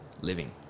living